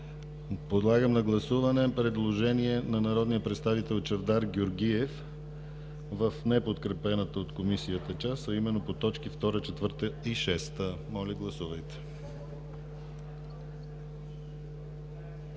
Подлагам на гласуване предложение на народния представител Чавдар Георгиев в неподкрепената от Комисията част, а именно по т. 2, 4 и 6. Моля, гласувайте.